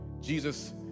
Jesus